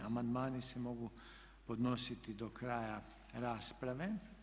Amandmani se mogu podnositi do kraja rasprave.